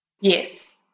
Yes